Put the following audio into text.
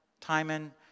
Timon